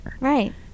Right